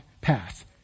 path